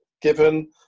given